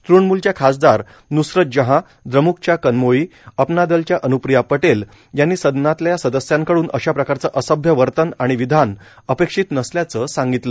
तृणमूलच्या खासदार न्सरत जहां द्रम्कच्या कनमोळी अपना दलच्या अन्प्रिया पटेल यांनी सदनातल्या सदस्याकडून अशा प्रकारचं असभ्य वर्तन आणि विधान अपेक्षित नसल्याचं सांगितलं